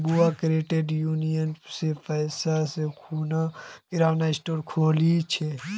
बुआ credit union स पैसा ले खूना किराना स्टोर खोलील छ